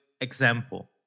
example